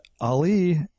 Ali